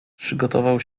przygotował